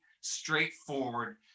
straightforward